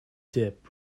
dip